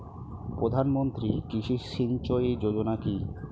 প্রধানমন্ত্রী কৃষি সিঞ্চয়ী যোজনা কি?